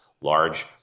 large